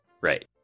Right